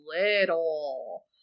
little